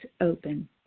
open